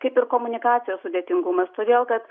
kaip ir komunikacijos sudėtingumas todėl kad